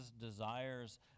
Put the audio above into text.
desires